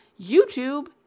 YouTube